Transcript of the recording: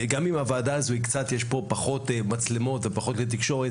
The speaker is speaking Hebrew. גם אם בוועדה הזו יש פחות מצלמות ופחות תקשורת